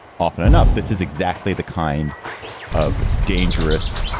often enough, this is exactly the kind of dangerous,